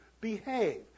behave